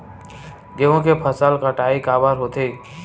गेहूं के फसल कटाई काबर होथे?